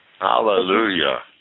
Hallelujah